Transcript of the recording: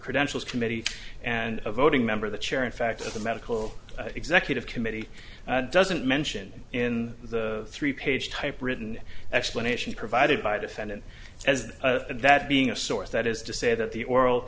credentials committee and a voting member of the chair in fact of the medical executive committee doesn't mention in the three page typewritten explanation provided by defendant as that being a source that is to say that the or